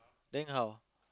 then how